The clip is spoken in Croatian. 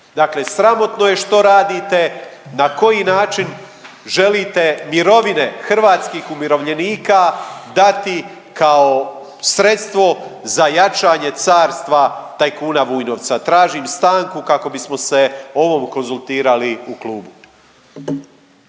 Dakle sramotno je što radite, na koji način želite mirovine hrvatskih umirovljenika dati kao sredstvo za jačanje carstva tajkuna Vujnovca. Tražim stanku kako bismo se o ovom konzultirali u klubu.